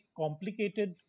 complicated